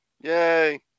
Yay